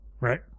Right